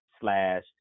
slash